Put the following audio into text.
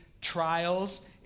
trials